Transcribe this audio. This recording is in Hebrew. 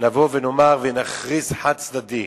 נבוא ונאמר ונכריז, חד-צדדי,